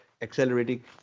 accelerating